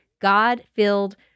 God-filled